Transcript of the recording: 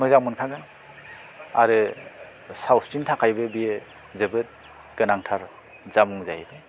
मोनखागोन आरो सावस्रिनि थाखायबो बेयो जोबोद गोनांथार जामुं जाहैदों